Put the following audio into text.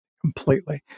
completely